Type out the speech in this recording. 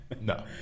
No